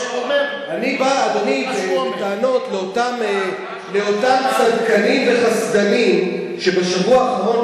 אני בא בטענות לאותם צדקנים וחסדנים שבשבוע האחרון,